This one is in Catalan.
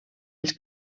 els